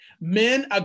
men